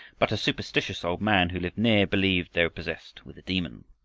but a superstitious old man who lived near believed they were possessed with a demon.